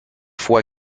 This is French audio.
fois